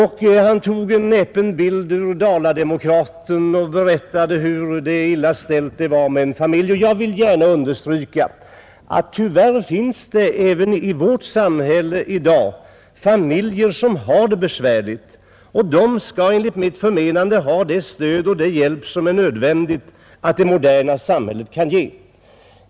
Han tog en näpen bild ur Dala Demokraten och berättade hur illa ställt det var för en barnfamilj. Jag vill gärna understryka att tyvärr finns det även i vårt samhälle i dag familjer som har det besvärligt, och de skall enligt mitt förmenande få det stöd och den hjälp som det moderna samhället kan ge.